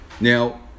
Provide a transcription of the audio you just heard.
Now